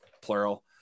plural